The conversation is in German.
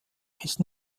ist